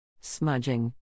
Smudging